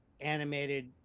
animated